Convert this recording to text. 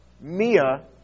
Mia